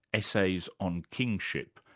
essays on kingship,